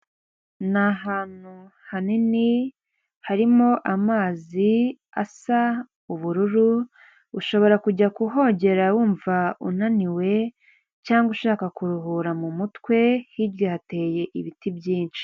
Ni ahantu hanini harimo amazi asa ubururu, ushobora kujya kuhogera wumva unaniwe, cyangwa ushaka kuruhura mu mutwe hirya hateye ibiti byinshi.